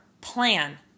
plan